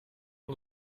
van